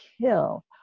kill